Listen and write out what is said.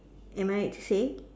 am I right to say